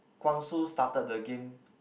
Kwang-Soo started the game